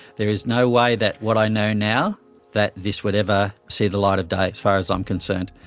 there is no way that what i know now that this would ever see the light of day, as far as i'm concerned.